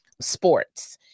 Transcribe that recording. sports